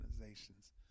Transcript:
organizations